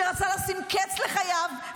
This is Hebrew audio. שרצה לשים קץ לחייו,